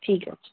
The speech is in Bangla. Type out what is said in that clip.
ঠিক আছে